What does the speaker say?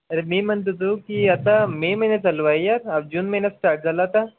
अरे मी म्हणतो तू की आता मे महिन्यात चालू आहे या जून महिन्यात स्टार्ट झाला आता